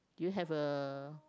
do you have a